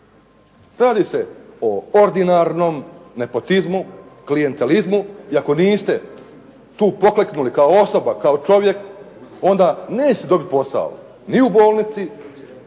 Radi se o ordinarnom nepotizmu, klijentalizmu i ako niste tu pokleknuli tu kao osoba, kao čovjek, onda nećete dobiti posao, ni u bolnici,